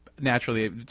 naturally